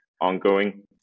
ongoing